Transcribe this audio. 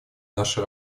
наша